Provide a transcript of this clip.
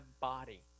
body